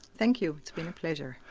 thank you. it's been a pleasure.